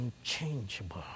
unchangeable